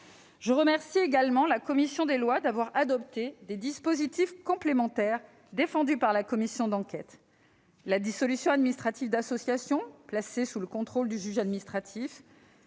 Je remercie également la commission des lois d'avoir adopté des dispositifs complémentaires défendus par la commission d'enquête : la dissolution administrative d'associations placée sous le contrôle du juge administratif